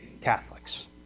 Catholics